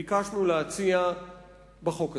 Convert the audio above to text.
ביקשנו להציע בחוק הזה.